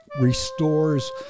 restores